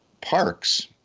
parks